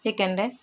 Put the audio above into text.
ଚିକେନରେ